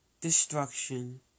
destruction